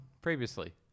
previously